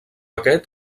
aquest